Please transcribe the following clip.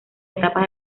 etapas